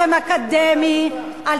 לחרם אקדמי, זה מה שאת עושה.